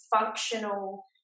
functional